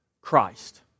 Christ